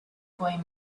boy